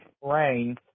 rain